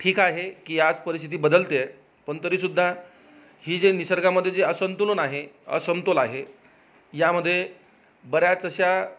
ठीक आहे की आज परिस्थिती बदलतेय पण तरीसुद्धा ही जी निसर्गामध्ये जी असंतुलन आहे असमतोल आहे यामध्येे बऱ्याच अशा